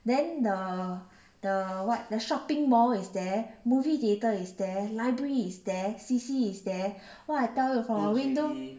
then the the what shopping mall is there movie theater is there library is there C_C is there !wah! I tell you from our window